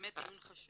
באמת דיון חשוב.